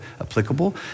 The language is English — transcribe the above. applicable